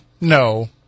no